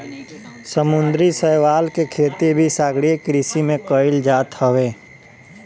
समुंदरी शैवाल के खेती भी सागरीय कृषि में कईल जात हवे